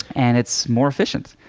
and it's more efficient.